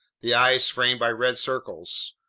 the eyes framed by red circles.